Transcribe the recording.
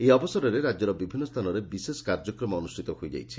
ଏହି ଅବସରରେ ରାଜ୍ୟର ବିଭିନୁ ସ୍ଚାନରେ ବିଶେଷ କାର୍ଯ୍ୟକ୍ରମ ଅନୁଷ୍ଷିତ ହୋଇଯାଇଛି